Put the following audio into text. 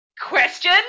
Question